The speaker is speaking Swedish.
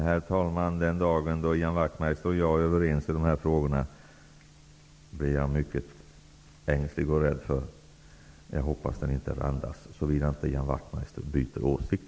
Herr talman! Den dag som vi är överens i de här frågorna är jag mycket ängslig för, och jag hoppas att den dagen inte randas, såvida Ian Wachtmeister inte byter åsikt.